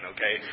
Okay